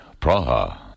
Praha